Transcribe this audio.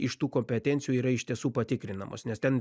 iš tų kompetencijų yra iš tiesų patikrinamos nes ten